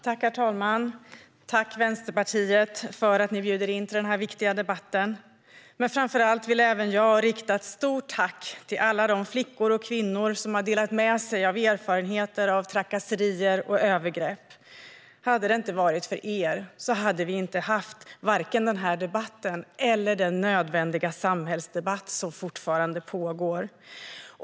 Herr talman! Tack, Vänsterpartiet, för att ni bjuder in till denna viktiga debatt! Framför allt vill även jag rikta ett stort tack till alla de flickor och kvinnor som har delat med sig av erfarenheter av trakasserier och övergrepp. Om det inte hade varit för er hade vi varken haft denna debatt eller den nödvändiga samhällsdebatt som fortfarande pågår.